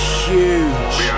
huge